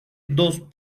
dos